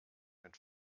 mit